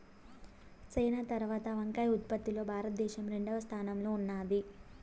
China తరవాత వంకాయ ఉత్పత్తి లో భారత దేశం రెండవ స్థానం లో ఉన్నాది